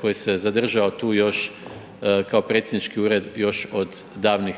koji se zadržao tu još kao predsjednički ured još od davnih